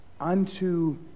Unto